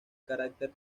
carácter